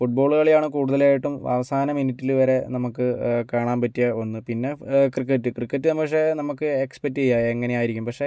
ഫുട് ball കളിയാണ് കൂടുതലായിട്ടും അവസാന മിനിറ്റിൽ വരെ നമുക്ക് കാണാൻ പറ്റിയ ഒന്ന് പിന്നെ ക്രിക്കറ്റ് ക്രിക്കറ്റ് പക്ഷെ നമുക്ക് എക്സ്പെക്റ്റ് ചെയ്യാം എങ്ങനെയായിരിക്കും പക്ഷെ